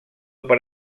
per